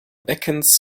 beckens